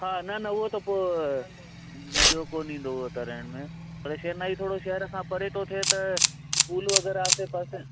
हा न न उहा त पोइ मिलंदो मज़ो कोन ईंदो उते रहण में पर शेन्नई थोरो हर खां परे थो थिए त स्कूल वग़ैरह आसे पासे